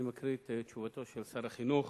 אני מקריא את תשובתו של שר החינוך,